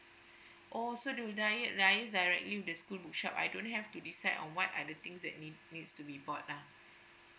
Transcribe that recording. oh so they will diet liaise directly with school bookshop I don't have to decide on what are the things that need needs to be bought lah